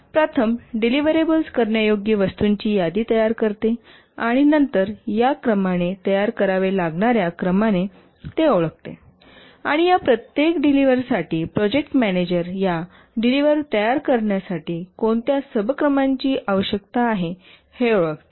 आणि प्रथम डेलिव्हरेबल्स करण्यायोग्य वस्तूंची यादी तयार करते आणि नंतर या क्रमाने तयार करावे लागणार्या क्रमाने ते ओळखते आणि या प्रत्येक डेलिव्हरसाठी प्रोजेक्ट मॅनेजर या डेलिव्हर तयार करण्यासाठी कोणत्या सबक्रमांची आवश्यकता आहे हे ओळखते